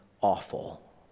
awful